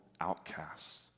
outcasts